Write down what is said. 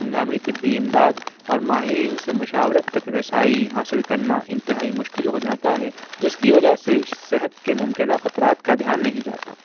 ہنگامی طبی امداد اور ماہرین سے مشاورت تک رسائی حاصل کرنا انتہائی مشکل ہو جاتا ہے جس کی وجہ سے صحت کے ممکنہ خطرات کا دھیان نہیں جاتا